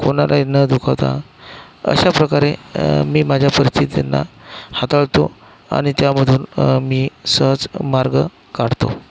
कोणालाही न दुखावता अशाप्रकारे मी माझ्या परिस्थितींना हाताळतो आणि त्यामधून मी सहज मार्ग काढतो